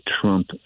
Trump